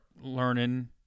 learning